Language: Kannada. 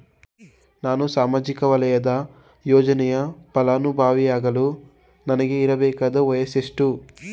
ನಾನು ಸಾಮಾಜಿಕ ವಲಯದ ಯೋಜನೆಯ ಫಲಾನುಭವಿಯಾಗಲು ನನಗೆ ಇರಬೇಕಾದ ವಯಸ್ಸುಎಷ್ಟು?